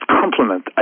compliment